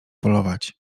polować